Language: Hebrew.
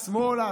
שמאלה,